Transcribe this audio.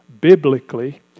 biblically